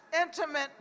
intimate